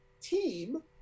team